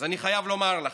אז אני חייב לומר לך,